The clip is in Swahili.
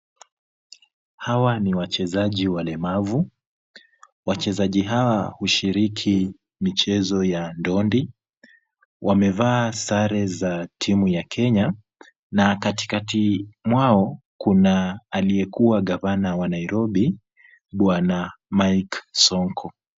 Hawa ni wachezaji walemavu. Wachezaji hawa hushiriki michezo ya ndondi. Wamevaa sare za timu ya Kenya na katikati mwao, kuna aliyekuwa gavana wa Nairobi Bwana Mike Sonko.